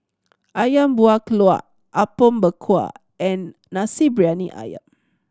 Ayam Buah Keluak Apom Berkuah and Nasi Briyani Ayam